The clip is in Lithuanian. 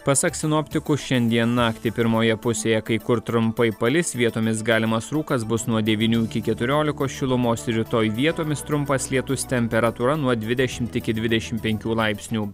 pasak sinoptikų šiandien naktį pirmoje pusėje kai kur trumpai palis vietomis galimas rūkas bus nuo devynių iki keturiolikos šilumos rytoj vietomis trumpas lietus temperatūra nuo dvidešimt iki dvidešim penkių laipsnių